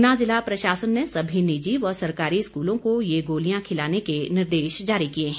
ऊना ज़िला प्रशासन ने सभी निजी व सरकारी स्कूलों को ये गोलियां खिलाने के निर्देश जारी किए हैं